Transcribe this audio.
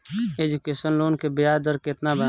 Education loan के ब्याज दर केतना बा?